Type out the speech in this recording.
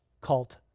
cult